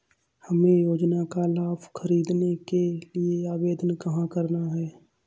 हमें योजना का लाभ ख़रीदने के लिए आवेदन कहाँ करना है?